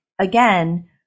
again